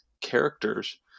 characters